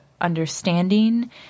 understanding